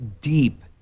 deep